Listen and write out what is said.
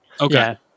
Okay